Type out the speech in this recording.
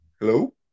Hello